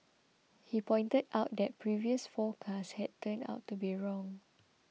he pointed out that previous forecasts had turned out to be wrong